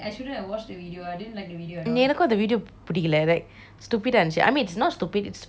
எனக்கும் அந்த:ennakum anthe video பிடிக்கலை:pidikileh like stupid அ இருந்துச்சி:ah irunthuchi I mean it's not stupid it's very common that storyline